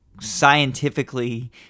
scientifically